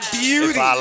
beauty